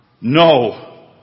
No